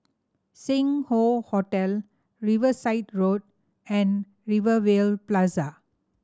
Sing Hoe Hotel Riverside Road and Rivervale Plaza